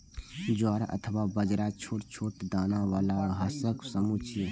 ज्वार अथवा बाजरा छोट छोट दाना बला घासक समूह छियै